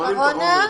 שרונה.